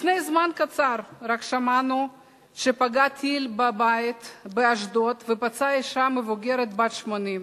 רק לפני זמן קצר שמענו שפגע טיל בבית באשדוד ופצע אשה מבוגרת בת 80,